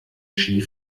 ski